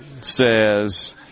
says